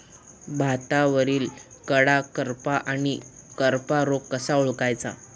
भातावरील कडा करपा आणि करपा रोग कसा ओळखायचा?